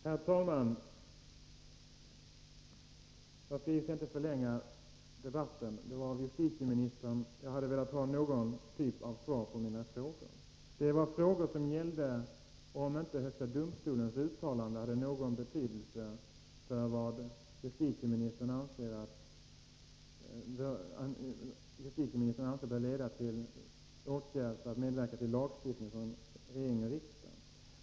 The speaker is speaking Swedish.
Herr talman! Jag skall givetvis inte förlänga debatten. Det var av justitieministern jag hade velat ha någon typ av svar på mina frågor. Det var frågor som gällde om inte högsta domstolens uttalande hade någon betydelse för vad justitieministern anser bör leda till regeringens och riksdagens medverkan till lagstiftning.